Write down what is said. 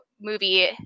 movie